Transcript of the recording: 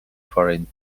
foreign